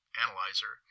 Analyzer